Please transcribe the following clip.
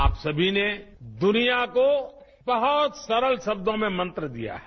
आप सभी ने दुनिया को बहुत सरल शब्दों में मंत्र दिया है